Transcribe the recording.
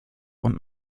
und